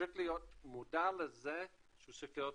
צריך להיות מודע לזה שהוא צריך להיות